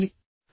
వాటిని